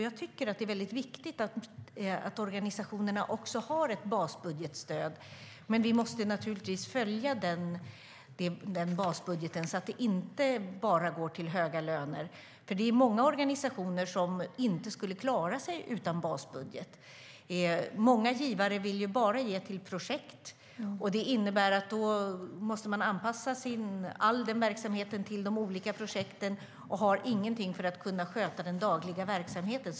Jag tycker att det är viktigt att organisationerna har ett basbudgetstöd, men vi måste naturligtvis följa den basbudgeten, så att det inte bara går till höga löner. Det är många organisationer som inte skulle klara sig utan en basbudget. Många givare vill bara ge till projekt. Det innebär att man då måste anpassa all verksamhet till de olika projekten och att man inte har någonting för att kunna sköta den dagliga verksamheten.